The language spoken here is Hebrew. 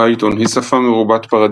פייתון היא שפה מרובת־פרדיגמות,